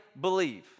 believe